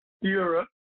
Europe